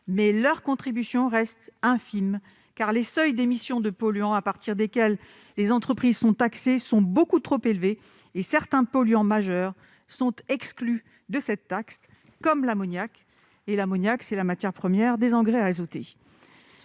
mais leur contribution reste infime, car les seuils d'émissions de polluants à partir desquelles les entreprises sont taxées sont beaucoup trop élevés. Par ailleurs, certains polluants majeurs sont exclus de cette taxe, comme l'ammoniac, qui constitue la matière première des engrais azotés.